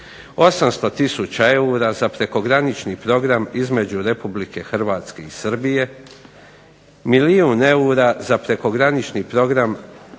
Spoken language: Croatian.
800 tisuća eura za prekogranični program između Republike Hrvatske i Srbije. Milijun eura za prekogranični program